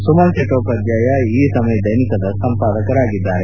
ಸುಮನ್ ಚಟ್ಟೋಪಾಧ್ಯಾಯ ಇ ಸಮಯ್ ದೈನಿಕದ ಸಂಪಾದಕರಾಗಿದ್ದಾರೆ